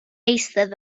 eistedd